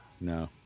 No